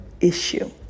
issue